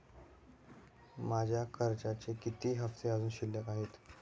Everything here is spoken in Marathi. माझे कर्जाचे किती हफ्ते अजुन शिल्लक आहेत?